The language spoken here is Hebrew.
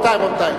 רבותי.